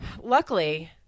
luckily